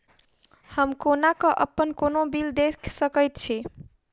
हम कोना कऽ अप्पन कोनो बिल देख सकैत छी?